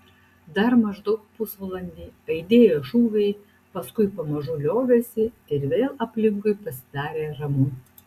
dar maždaug pusvalandį aidėjo šūviai paskui pamažu liovėsi ir vėl aplinkui pasidarė ramu